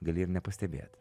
gali ir nepastebėt